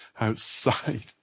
outside